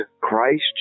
Christ